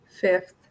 fifth